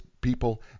people